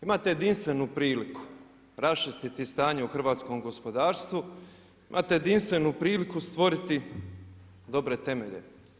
Imate jedinstvenu priliku raščistiti stanje u hrvatskom gospodarstvu, imate jedinstvenu priliku stvoriti dobre temelje.